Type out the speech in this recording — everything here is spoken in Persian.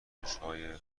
ارزشهای